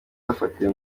bafatiwe